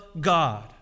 God